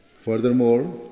Furthermore